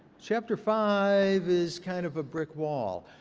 chapter five is kind of a brick wall.